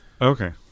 Okay